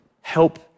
Help